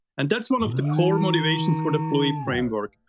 and that's one of the core motivations for the fluid framework.